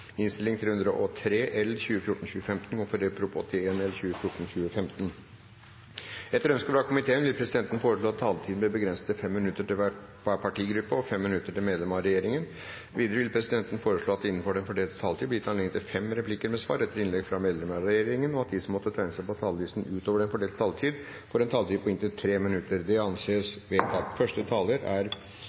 minutter til medlem av regjeringen. Videre vil presidenten foreslå at det blir gitt anledning til fem replikker med svar etter innlegg fra medlemmer av regjeringen innenfor den fordelte taletid, og at de som måtte tegne seg på talerlisten utover den fordelte taletid, får en taletid på inntil 3 minutter. – Det anses vedtatt. Utdanning og spesialisering av helsepersonell i Norge skal sikre høy kvalitet og ikke minst pasientsikkerhet i helsetjenesten. Det er viktig at spesialiseringen av helsepersonell er oppdatert i tråd med den generelle samfunnsutviklingen. Det er nye reformer innen helsevesenet, det er